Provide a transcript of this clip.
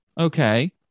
Okay